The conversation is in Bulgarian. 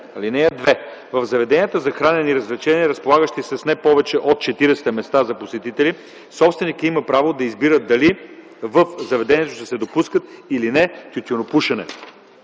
(2) В заведения за хранене и развлечения, разполагащи с не повече от 40 места за посетители, собственикът има право да избира дали в заведението ще се допуска или не тютюнопушене.